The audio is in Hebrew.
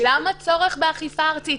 למה "צורך באכיפה ארצית"?